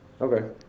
Okay